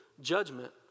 judgment